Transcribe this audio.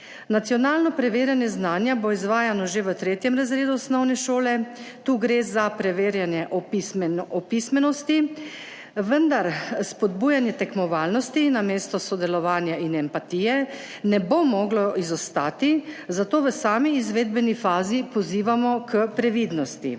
Nacionalno preverjanje znanja bo izvajano že v 3. razredu osnovne šole, tu gre za preverjanje pismenosti, vendar spodbujanje tekmovalnosti namesto sodelovanja in empatije ne bo moglo izostati, zato v sami izvedbeni fazi pozivamo k previdnosti.